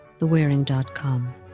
thewearing.com